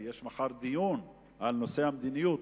כי יש מחר דיון על נושא המדיניות,